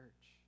church